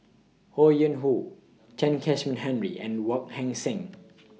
Ho Yuen Hoe Chen Kezhan Henri and Wong Heck Sing